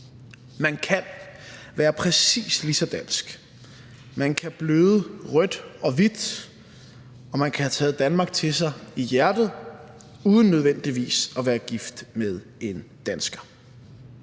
Man kan være præcis lige så dansk, man kan bløde rødt og hvidt, og man kan have taget Danmark til sig i hjertet uden nødvendigvis at være gift med en dansker.